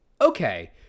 okay